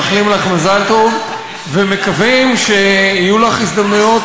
מאחלים לך מזל טוב ומקווים שיהיו לך הזדמנויות